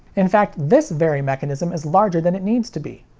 in fact, this very mechanism is larger than it needs to be.